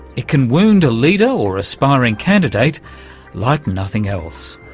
it can wound a leader or aspiring candidate like nothing else.